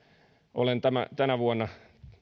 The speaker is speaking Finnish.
olen tänä vuonna